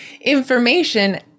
information